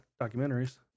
documentaries